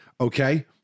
okay